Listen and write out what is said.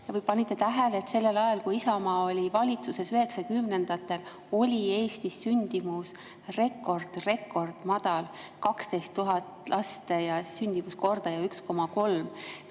või panite tähele, et sellel ajal, kui Isamaa oli valitsuses 1990-ndatel, oli sündimus Eestis rekordmadal: 12 000 last ja sündimuskordaja 1,3?